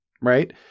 right